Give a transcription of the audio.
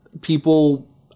people